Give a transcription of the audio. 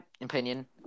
opinion